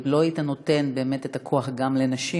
ואם לא היית נותן כוח גם לנשים,